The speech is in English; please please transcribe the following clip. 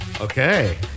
Okay